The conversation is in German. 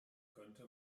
könnte